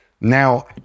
now